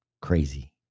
crazy